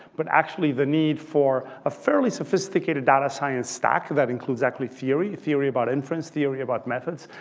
but actually the need for a fairly sophisticated data science stack that includes actually theory theory about inference, theory about methods,